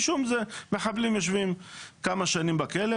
מחבלים יושבים כמה שנים בכלא,